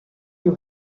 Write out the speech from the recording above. you